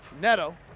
Neto